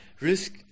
risk